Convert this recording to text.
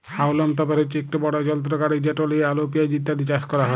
হাউলম তপের হছে ইকট বড় যলত্র গাড়ি যেট লিঁয়ে আলু পিয়াঁজ ইত্যাদি চাষ ক্যরা হ্যয়